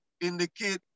indicate